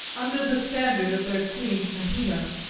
under the standard of their queen cahina,